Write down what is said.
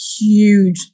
huge